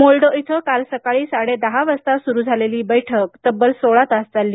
मोल्डो इथं काल सकाळी साडे दहा वाजता सुरू झालेली ही बैठक तब्बल सोळा तास चालली